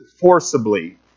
forcibly